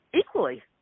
equally